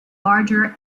larger